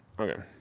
okay